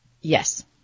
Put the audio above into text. Yes